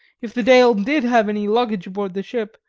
if the deil did have any luggage aboord the ship,